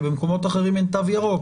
במקומות אחרים אין תו ירוק.